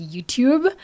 YouTube